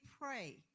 pray